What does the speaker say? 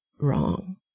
wrong